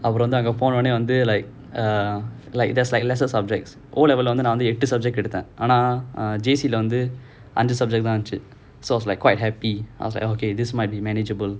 அப்புறம் வந்து அங்க போனோனே வந்து:appuram vanthu anga pononae vanthu like err like there's like lesser subjects O level எட்டு:ettu J_C அஞ்சி:anji so I was like quite happy I was like okay this might be manageable